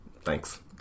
Thanks